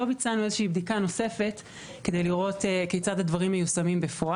לא ביצענו איזושהי בדיקה נוספת כדי לראות כיצד הדברים מיושמים בפועל